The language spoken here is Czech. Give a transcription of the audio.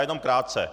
Jenom krátce.